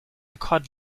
cod